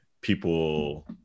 people